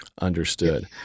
Understood